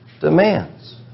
demands